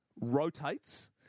rotates